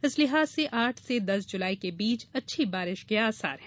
इस लिहाज से आठ से दस जुलाई के बीच अच्छी बारिश के आसार है